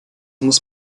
muss